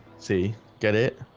see get it